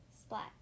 Splat